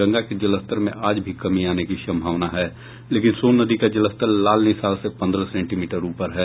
गंगा के जलस्तर में आज भी कमी आने की संभावना है लेकिन सोन नदी का जलस्तर लाल निशान से पंद्रह सेंटीमीटर ऊपर है